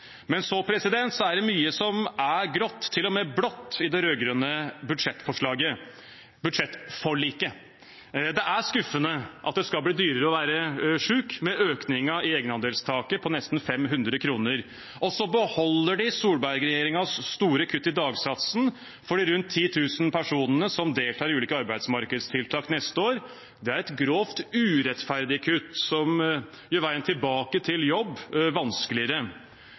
Men så er det mye som er grått, til og med blått, i det rød-grønne budsjettforliket. Det er skuffende at det skal bli dyrere å være syk med økningen i egenandelstaket på nesten 500 kr. De beholder Solberg-regjeringens store kutt i dagsatsen for de rundt 10 000 personene som deltar i ulike arbeidsmarkedstiltak neste år. Det er et grovt urettferdig kutt som gjør veien tilbake til jobb vanskeligere.